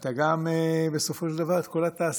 וגם בסופו של דבר את כל התעשייה,